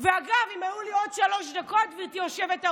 אגב, אם היו לי עוד שלוש דקות, גברתי היושבת-ראש,